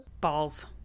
Balls